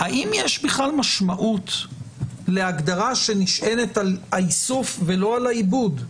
האם יש בכלל משמעות להגדרה שנשענת על האיסוף ולא על העיבוד?